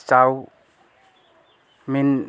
চাউ মিন